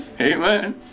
Amen